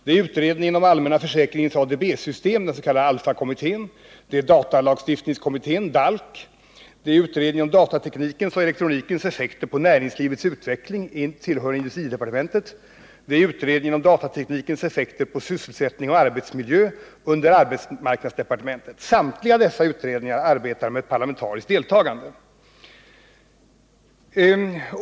Det är utredningen om ADB inom den allmänna försäkringen, den s.k. ALLFA-utredningen, datalagstiftningskommittén, DALK, utredningen om datateknikens och elektronikens effekter på näringslivets utveckling, som arbetar under industridepartementet, och utredningen om datateknikens effekter på sysselsättning och arbetsmiljö, som arbetar under arbetsmarknadsdepartementet. Samtliga dessa utredningar arbetar med parlamentariskt deltagande.